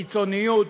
קיצוניות,